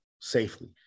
safely